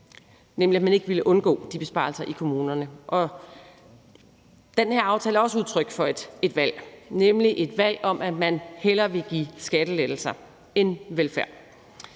nemlig man ikke ville undgå de besparelser i kommunerne, og den her aftale er også udtryk for et valg, nemlig et valg om, at man hellere vil give skattelettelser end velfærd.